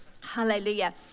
Hallelujah